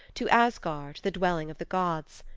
to asgard, the dwelling of the gods.